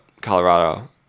Colorado